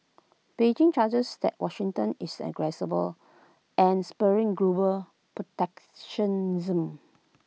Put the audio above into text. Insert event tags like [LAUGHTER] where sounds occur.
Beijing charges that Washington is the [UNINTELLIGIBLE] and spurring global protectionism